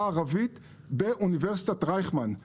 הערבית באוניברסיטת רייכמן במימון שלנו.